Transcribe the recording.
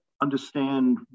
understand